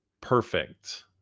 perfect